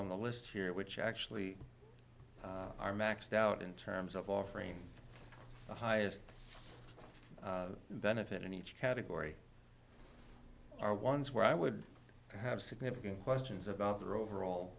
on the list here which actually are maxed out in terms of offering the highest benefit in each category are ones where i would have significant questions about their overall